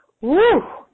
Woo